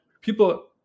people